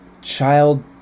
child